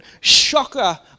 shocker